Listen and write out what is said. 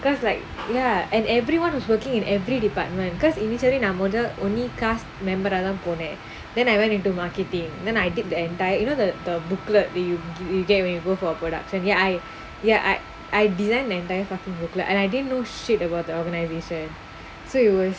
'because like now and everyone was working in every department because initially நா மொத:naa motha only cast member ah தான் போனே:thaan ponae then I went into marketing than I did the entire you know that the booklet that you you gaming will for production ya I ya I I descending there fucking booklet and I didn't know sheet over other over navy said sewers